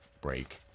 break